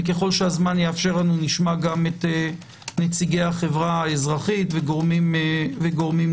וככל שהזמן יאפשר לנו נשמע גם את נציגי החברה האזרחית וגורמים נוספים.